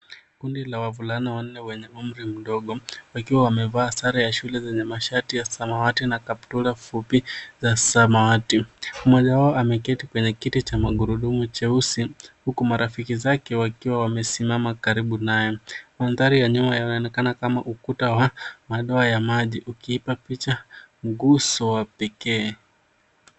Kundi la wavulana wanne wenye umri mdogo, wakiwa wamevaa sare ya shule zenye mashati ya samawati na kaptura fupi za samawati. Mmoja wao ameketi kwenye kiti cha magurudumu cheusi, huku marafiki zake wakiwa wamesimama karibu naye. Mandhari ya nyuma yanaonekana kama ukuta wa, madoa ya maji. Ukiipa picha mguso wa pekee.